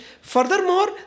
furthermore